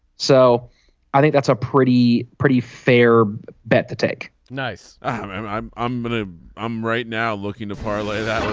so i think that's a pretty pretty fair bet to take. nice. i'm i'm. i'm but ah i'm right now looking to parlay that.